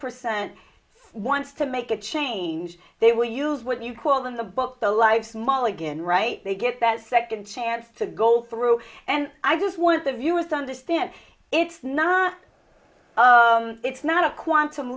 percent wants to make a change they will use what you call them the book the life small again right they get that second chance to go through and i just want the viewers to understand it's not it's not a quantum